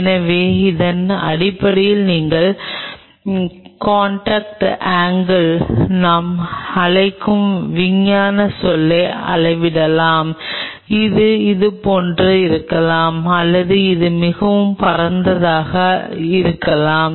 எனவே அதன் அடிப்படையில் நீங்கள் காண்டாக்ட் ஆங்கில் நாம் அழைக்கும் விஞ்ஞான சொல்லை அளவிடலாம் இது இதுபோன்று இருக்கலாம் அல்லது இது மிகவும் பரந்ததாக இருக்கலாம்